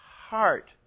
heart